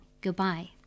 Goodbye